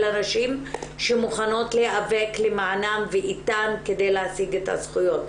אלא נשים שמוכנות להיאבק למענן ואיתן כדי להשיג את הזכויות.